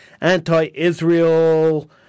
anti-Israel